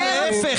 בדיוק להפך.